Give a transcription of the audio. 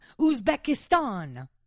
Uzbekistan